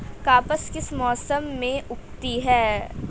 कपास किस मौसम में उगती है?